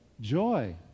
Joy